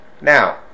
Now